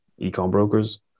Ecombrokers